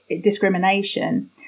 discrimination